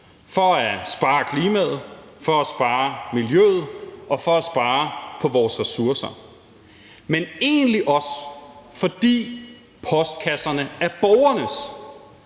for at spare klimaet, for at spare miljøet og for at spare på vores ressourcer, men egentlig også fordi postkasserne er borgernes.